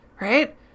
Right